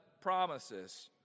promises